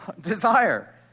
desire